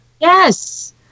Yes